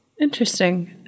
Interesting